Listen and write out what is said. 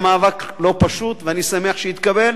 היה מאבק לא פשוט, ואני שמח שזה התקבל.